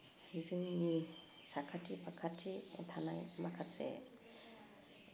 जोंनि साखाथि फाखाथि थानाय माखासे